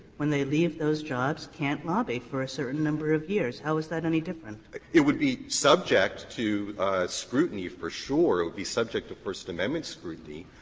when they leave those jobs, can't lobby for a certain number of years. how is that any different? rosenkranz it would be subject to scrutiny for sure. it would be subject to first amendment scrutiny.